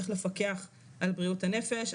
הוא צריך לפקח על בריאות הנפש,